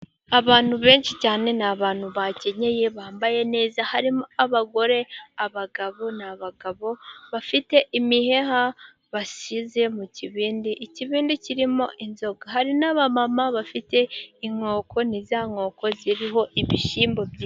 Abantu benshi cyane, ni abantu bakenyeye bambaye neza, harimo abagore, abagabo. Ni abagabo bafite imiheha bashyize mu kibindi, ikibindi kirimo inzoga. Hari n'abama bafite inkoko ni za nkoko ziriho ibishyimbo byi...